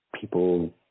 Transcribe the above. People